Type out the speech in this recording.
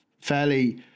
fairly